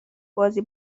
بازی